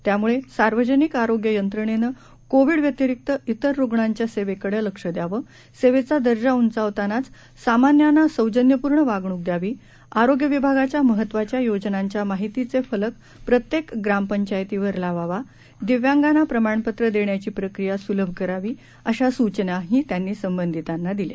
त्यामुळे सार्वजनिक आरोग्य यंत्रणेनं कोविड व्यतिरिक्त तेर रुग्णांच्या सेवेकडे लक्ष द्यावं सेवेचा दर्जा उंचावतानाच सामान्यांना सौजन्यपूर्ण वागणूक द्यावी आरोग्य विभागाच्या महत्वाच्या योजनांच्या माहितीचा फलक प्रत्येक ग्रामपंचायतीवर लावावा दिव्यांगांना प्रमाणपत्र देण्याची प्रक्रिया सुलभ करावी अशा सूचनाही त्यांनी संबंधितांना दिल्या